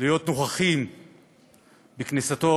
להיות נוכחים בכניסתו